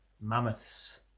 mammoths